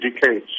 decades